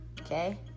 okay